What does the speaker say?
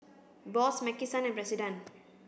Bose Maki San and President